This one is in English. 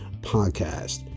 podcast